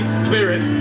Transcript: spirit